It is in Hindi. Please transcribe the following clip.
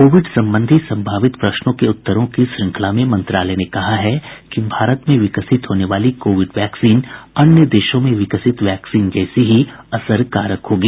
कोविड संबंधी संभावित प्रश्नों के उत्तरों की श्रृंखला में मंत्रालय ने कहा है कि भारत में विकसित होने वाली कोविड वैक्सीन अन्य देशों में विकसित वैक्सीन जैसी ही असरकारक होगी